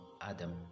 Adam